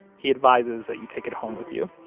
he advises that you take it home with you.